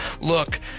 Look